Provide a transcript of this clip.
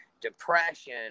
depression